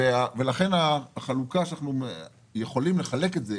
ולכן החלוקה שאנחנו יכולים לחלק את זה,